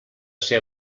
ser